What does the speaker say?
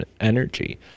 energy